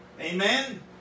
Amen